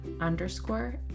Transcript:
underscore